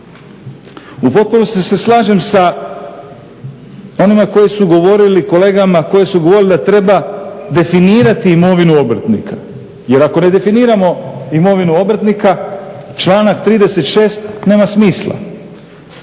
U potpunosti se slažem sa onima koji su govorili, kolegama koji su govorili da treba definirati imovinu obrtnika. Jer ako ne definiramo imovinu obrtnika članak 36. nema smisla.